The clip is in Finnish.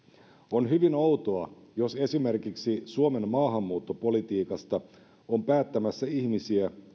on hyvin outoa jos esimerkiksi suomen maahanmuuttopolitiikasta on päättämässä ihmisiä